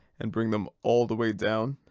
and bring them all the way down.